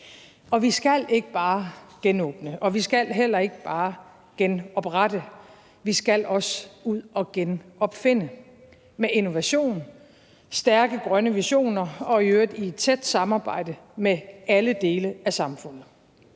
Vi skal ikke bare genåbne, og vi skal heller ikke bare genoprette, vi skal også ud at genopfinde med innovation, stærke grønne visioner og i øvrigt i et tæt samarbejde med alle dele af samfundet.